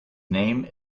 name